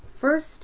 first